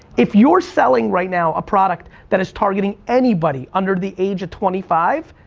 if you're selling right now, a product that is targeting anybody under the age of twenty five,